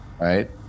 right